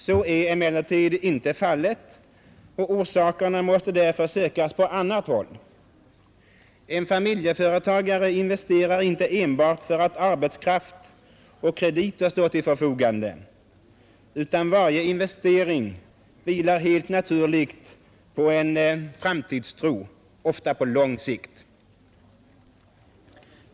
Så är emellertid inte fallet, och orsakerna måste därför sökas på annat håll. En familjeföretagare investerar inte enbart för att arbetskraft och krediter står till förfogande, utan varje investering vilar helt naturligt på en framtidstro, ofta på lång sikt.